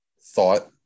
thought